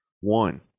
One